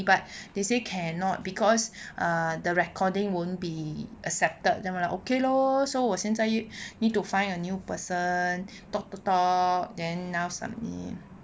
but they say cannot because the recording won't be accepted 这样 lah okay lor so 我现在 need to find a new person talk talk talk then now submit